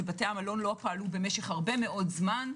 ובתי המלון לא פעלו משך הרבה מאוד זמן,